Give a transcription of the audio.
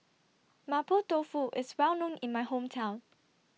Mapo Tofu IS Well known in My Hometown